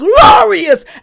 glorious